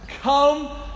come